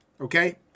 okay